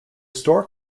store